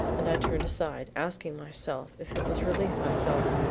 and i turned aside, asking myself if it was relief i felt.